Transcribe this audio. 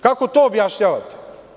Kako to objašnjavate?